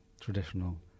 traditional